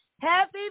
Happy